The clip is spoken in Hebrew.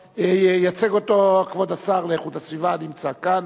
ייצג אותו כבוד השר לאיכות הסביבה הנמצא כאן,